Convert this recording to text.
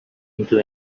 into